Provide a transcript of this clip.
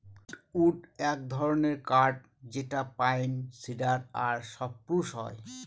softwood এক ধরনের কাঠ যেটা পাইন, সিডার আর সপ্রুস